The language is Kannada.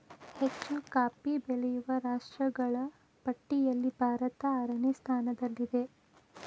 ಹೆಚ್ಚು ಕಾಫಿ ಬೆಳೆಯುವ ರಾಷ್ಟ್ರಗಳ ಪಟ್ಟಿಯಲ್ಲಿ ಭಾರತ ಆರನೇ ಸ್ಥಾನದಲ್ಲಿದೆ